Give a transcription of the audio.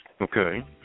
Okay